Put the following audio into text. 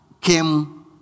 came